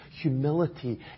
humility